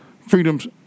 Freedom's